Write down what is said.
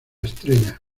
estrella